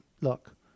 look